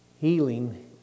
Healing